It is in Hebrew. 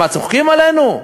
מה, צוחקים עלינו?